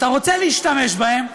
אתה רוצה להשתמש בהם,